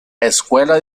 escuela